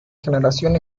generación